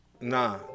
nah